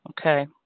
Okay